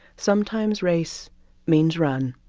sometimes race means run